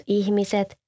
ihmiset